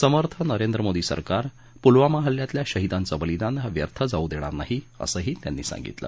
समर्थ नरेंद्र मोदी सरकार पुलवामा हल्ल्यातल्या शहीदांच बलीदान व्यर्थ जाऊ देणार नाही असंही ते म्हणाले